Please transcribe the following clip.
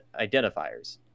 identifiers